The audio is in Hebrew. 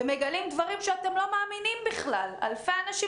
ומגלים דברים שאתם לא מאמינים בכלל אלפי אנשים